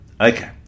Okay